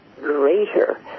greater